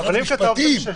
משרד המשפטים,